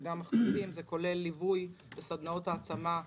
זה כולל ליווי וסדנאות העצמה,